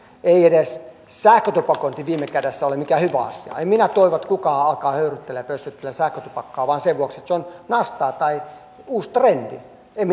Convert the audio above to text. ei edes sähkötupakointi viime kädessä ole mikään hyvä asia en minä toivo että kukaan alkaa höyryttelemään ja pössyttelemään sähkötupakkaa vain sen vuoksi että se on nastaa tai uusi trendi en